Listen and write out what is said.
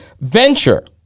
venture